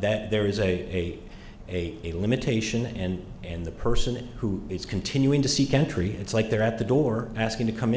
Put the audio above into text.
that there is a a a a limitation and in the person who is continuing to see country it's like they're at the door asking to come